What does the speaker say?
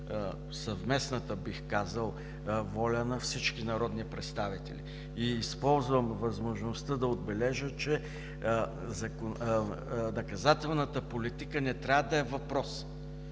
съвместната, бих казал, воля на всички народни представители. Използвам възможността да отбележа, че наказателната политика не трябва да е въпрос